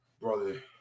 brother